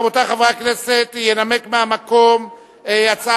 חבר הכנסת מאיר שטרית,